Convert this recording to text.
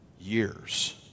years